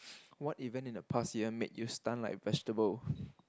what even in the past year made you stun like vegetable